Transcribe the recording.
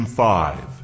five